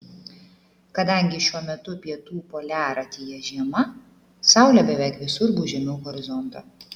kadangi šiuo metu pietų poliaratyje žiema saulė beveik visur bus žemiau horizonto